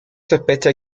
sospecha